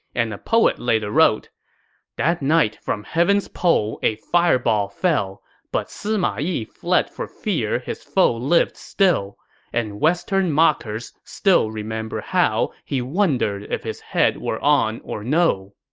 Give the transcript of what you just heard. and a poet later wrote that night from heaven's pole a fireball fell but sima yi fled for fear his foe lived still and western mockers still remember how he wondered if his head were on or no!